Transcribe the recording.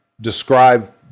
describe